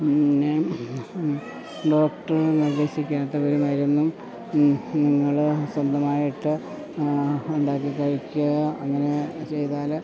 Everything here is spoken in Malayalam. പിന്നെ ഡോക്ടറ് നിർദ്ദേശിക്കാത്ത ഒരു മരുന്നും നിങ്ങൾ സ്വന്തമായിട്ട് ഉണ്ടാക്കി കഴിക്കുക അങ്ങനെ ചെയ്താൽ